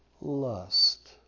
lust